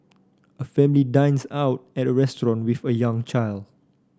a family dines out at a restaurant with a young child